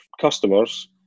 customers